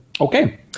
Okay